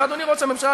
ואדוני ראש הממשלה,